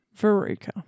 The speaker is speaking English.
Veruca